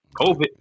COVID